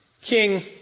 King